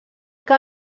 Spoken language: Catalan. que